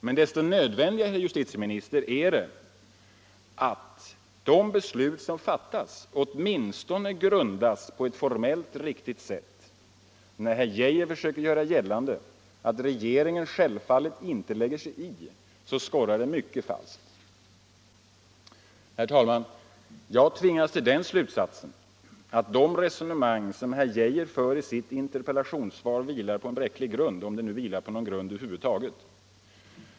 Men desto nödvändigare, herr justitieminister, är det att de beslut som fattas åtminstone står på en formellt riktig grund. När herr Geijer försöker göra gällande att ”regeringen självfallet inte lägger sig i” skorrar det mycket falskt. Herr talman! Jag tvingas till den slutsatsen att de resonemang som herr Geijer för i sitt interpellationssvar vilar på en bräcklig grund, om de nu vilar på någon grund över huvud taget.